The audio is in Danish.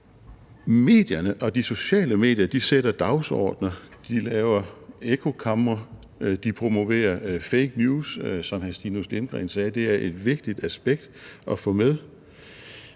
Medierne og de sociale medier sætter dagsordener, de laver ekkokamre, de promoverer fake news, som hr. Stinus Lindgreen sagde. Det er et vigtigt aspekt af få med.